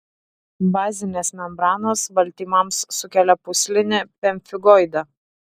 bazinės membranos baltymams sukelia pūslinį pemfigoidą